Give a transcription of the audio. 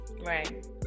Right